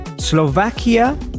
slovakia